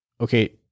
okay